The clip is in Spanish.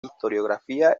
historiografía